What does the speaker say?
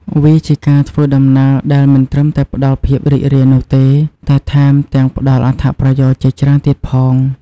វាជាការធ្វើដំណើរដែលមិនត្រឹមតែផ្តល់ភាពរីករាយនោះទេ តែថែមទាំងផ្តល់អត្ថប្រយោជន៍ជាច្រើនទៀតផង។